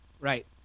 Right